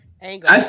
angle